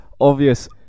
obvious